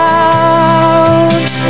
out